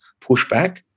pushback